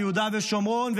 ביהודה ושומרון,